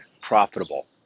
profitable